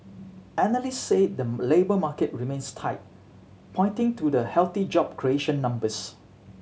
analysts said the labour market remains tight pointing to the healthy job creation numbers